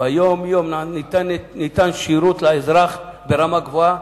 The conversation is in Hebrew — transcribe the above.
ביום-יום ניתן שירות לאזרח ברמה גבוהה,